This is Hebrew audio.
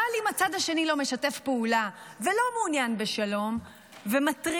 אבל אם הצד השני לא משתף פעולה ולא מעוניין בשלום ומתריס,